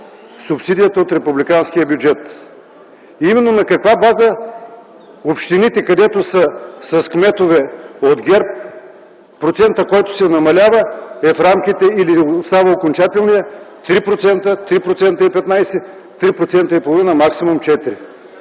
субсидията от Републиканския бюджет. На каква база общините, където са с кметове от ГЕРБ, процентът, който се намалява, е в рамките, или само окончателния – 3%, 3,15%, 3,5% максимум 4%?